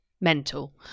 Mental